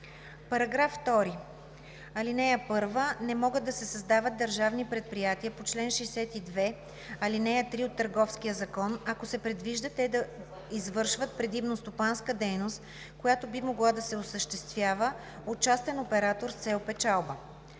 текста на ал. 1: „Не може да се създават държавни предприятия по чл. 62, ал. 3 от Търговския закон, ако се предвижда те да извършват предимно стопанска дейност, която може да се осъществява от частен оператор с цел печалба“,